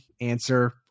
answer